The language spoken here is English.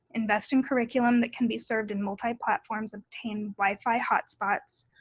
invest in curriculum that can be served in multi-platforms, obtain wifi hotspots,